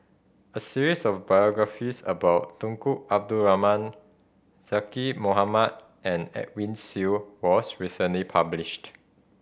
a series of biographies about Tunku Abdul Rahman Zaqy Mohamad and Edwin Siew was recently published